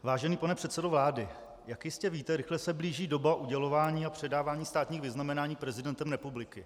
Vážený pane předsedo vlády, jak jistě víte, rychle se blíží doba udělování a předávání státních vyznamenání prezidentem republiky.